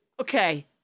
Okay